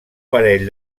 parell